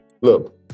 look